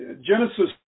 genesis